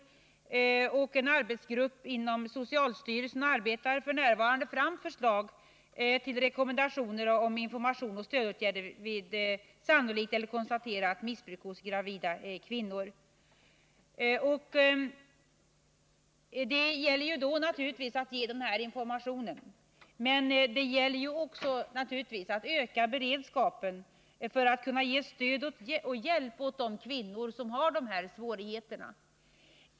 En arbetsgrupp inom socialstyrelsen arbetar f. n. fram förslag till rekommendationer om information och stödåtgärder vid sannolikt eller konstaterat missbruk hos gravida kvinnor. Naturligtvis gäller det att här ge information men också att öka beredskapen för att kunna ge stöd och hjälp åt de kvinnor som har svårigheter.